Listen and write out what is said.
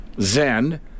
Zen